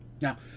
Now